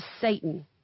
Satan